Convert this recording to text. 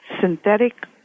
synthetic